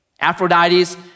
Aphrodite's